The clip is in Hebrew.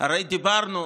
הרי דיברנו.